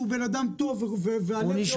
שהוא בן-אדם טוב והלב שלו במקום טוב,